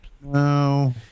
No